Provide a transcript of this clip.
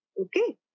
Okay